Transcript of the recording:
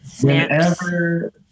whenever